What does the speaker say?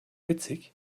witzig